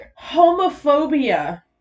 Homophobia